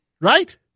Right